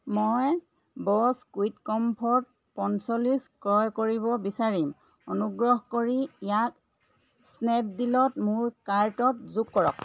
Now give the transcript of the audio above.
মই Bose quick comfort পঞ্চল্লিছ ক্ৰয় কৰিব বিচাৰিম অনুগ্ৰহ কৰি ইয়াক স্নেপডীলত মোৰ কাৰ্টত যোগ কৰক